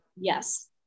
yes